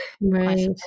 Right